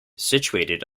situated